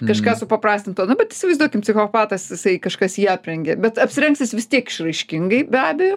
kažką supaprastinto nu bet įsivaizduokim psichopatas jisai kažkas jį aprengė bet apsirengs jis vis tiek išraiškingai be abejo